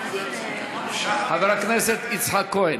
חבר הכנסת יצחק כהן.